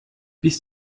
bis